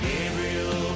Gabriel